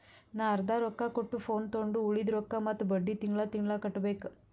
ನಾ ಅರ್ದಾ ರೊಕ್ಕಾ ಕೊಟ್ಟು ಫೋನ್ ತೊಂಡು ಉಳ್ದಿದ್ ರೊಕ್ಕಾ ಮತ್ತ ಬಡ್ಡಿ ತಿಂಗಳಾ ತಿಂಗಳಾ ಕಟ್ಟಬೇಕ್